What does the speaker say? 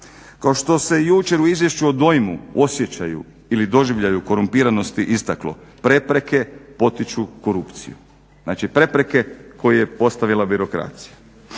Kao što se jučer u izvješću o dojmu, osjećaju ili doživljaju korumpiranosti istaklo, prepreke potiču korupciju, znači prepreke koje je postavila birokracija.